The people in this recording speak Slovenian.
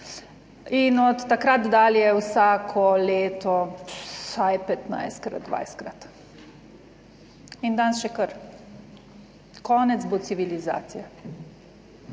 In od takrat dalje vsako leto vsaj 15-krat, 20-krat in danes še kar. "Konec bo civilizacije